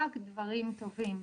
רק דברים טובים.